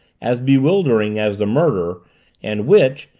as bewildering as the murder and which,